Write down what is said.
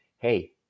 hey